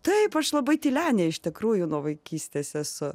taip aš labai tylenė iš tikrųjų nuo vaikystės esu